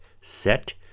set